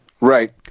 Right